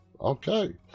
Okay